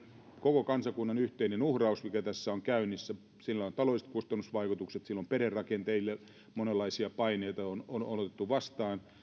koko kansakunnan yhteinen uhraus mikä tässä on käynnissä sillä on taloudelliset kustannusvaikutukset sillä on vaikutuksia perherakenteille monenlaisia paineita on on otettu vastaan